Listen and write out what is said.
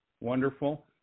wonderful